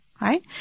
right